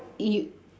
you